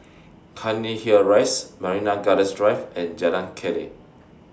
Cairnhill Rise Marina Gardens Drive and Jalan Keli